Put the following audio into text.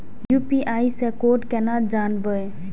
UPI से code केना जानवै?